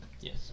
Yes